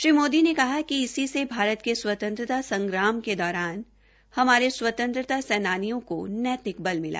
श्री मोदी ने कहा कि इसी से भारत के स्वतंत्रता संग्राम के दौरान हमारे स्वतंत्रता सेनानियों को नैतिक बल मिला